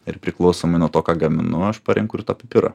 ir priklausomai nuo to ką gaminu aš parenku ir tą pipirą